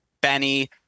Benny